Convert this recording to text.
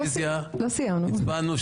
הצבענו.